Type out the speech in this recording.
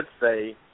say